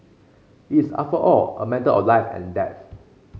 it's after all a matter of life and death